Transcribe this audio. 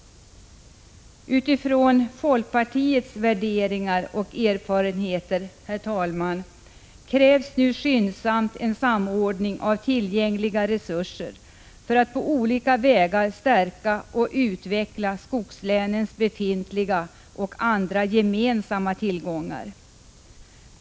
Med utgångspunkt i folkpartiets värderingar och erfarenheter krävs det nu, herr talman, en skyndsam samordning av tillgängliga resurser för att på olika vägar stärka och utveckla såväl skogslänens befintliga tillgångar som andra gemensamma tillgångar.